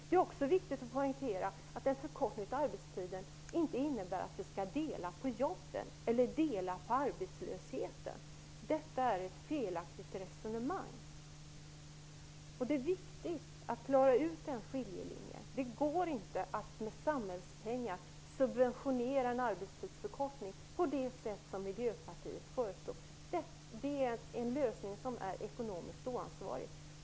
Det är också viktigt att poängtera att en förkortning av arbetstiden inte innebär att vi skall dela på jobben eller dela på arbetslösheten. Detta är ett felaktigt resonemang. Det är viktigt att klara ut den skiljelinjen. Det går inte att med samhällets pengar subventionera en arbetstidsförkortning på det sätt som Miljöpartiet föreslår. Det är en lösning som är ekonomiskt oansvarig.